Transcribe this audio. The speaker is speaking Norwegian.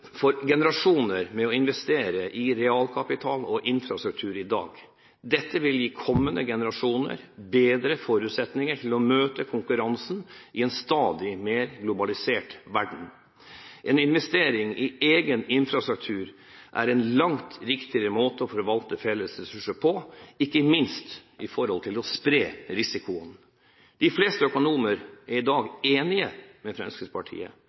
framtidige generasjoner ved å investere i realkapital og infrastruktur i dag. Dette vil gi kommende generasjoner bedre forutsetninger til å møte konkurransen i en stadig mer globalisert verden. En investering i egen infrastruktur er en langt riktigere måte å forvalte felles ressurser på, ikke minst når det gjelder å spre risikoen. De fleste økonomer er i dag enige med Fremskrittspartiet.